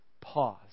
pause